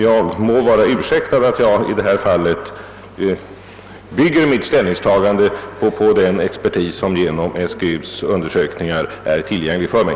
Det är väl ganska förklarligt att jag bygger mitt ställningstagande i detta fall på de resultat som blivit tillgängliga för mig genom undersökningar gjorda av SGU:s expertis.